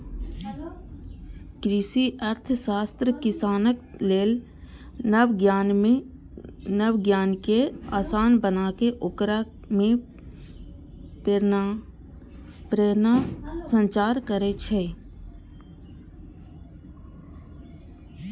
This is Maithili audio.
कृषि अर्थशास्त्र किसानक लेल नव ज्ञान कें आसान बनाके ओकरा मे प्रेरणाक संचार करै छै